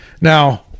now